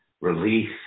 release